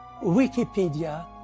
Wikipedia